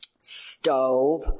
stove